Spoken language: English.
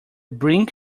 brink